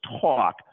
talk